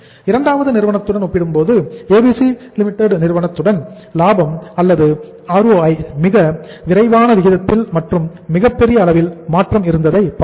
இரண்டாவது நிறுவனத்துடன் ஒப்பிடும்போது ABC Limited நிறுவனத்தின் லாபம் அல்லது ROI மிக விரைவான விகிதத்தில் மற்றும் மிகப்பெரிய அளவில் மாற்றம் இருந்ததை பார்த்தோம்